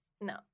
No